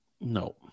no